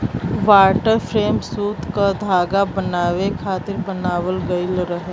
water frame सूत क धागा बनावे खातिर बनावल गइल रहे